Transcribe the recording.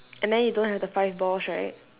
and then you don't have the five balls right